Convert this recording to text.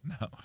No